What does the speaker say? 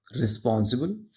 responsible